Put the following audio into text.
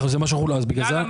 אז בגלל זה.